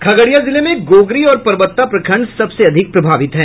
खगड़िया जिले में गोगरी और परबत्ता प्रखंड सबसे अधिक प्रभावित है